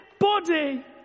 body